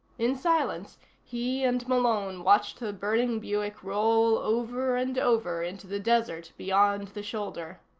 in silence he and malone watched the burning buick roll over and over into the desert beyond the shoulder.